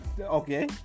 Okay